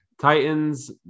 Titans